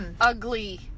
ugly